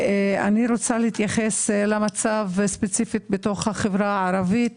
אני רוצה להתייחס למצב ספציפית בתוך החברה הערבית